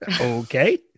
Okay